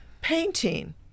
Painting